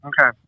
Okay